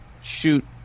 Shoot